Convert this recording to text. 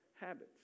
Habits